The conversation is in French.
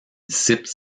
disciples